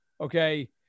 Okay